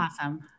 Awesome